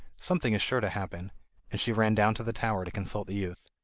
something is sure to happen and she ran down to the tower to consult the youth.